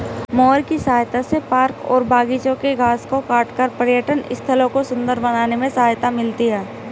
mower की सहायता से पार्क और बागिचों के घास को काटकर पर्यटन स्थलों को सुन्दर बनाने में सहायता मिलती है